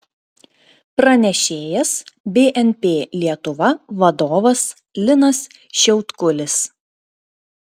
pranešėjas bnp lietuva vadovas linas šiautkulis